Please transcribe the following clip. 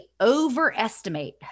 overestimate